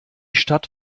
stadt